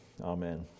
Amen